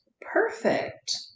Perfect